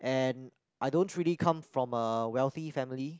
and I don't really come from a wealthy family